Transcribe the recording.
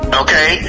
okay